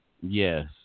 Yes